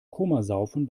komasaufen